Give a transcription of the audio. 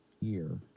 year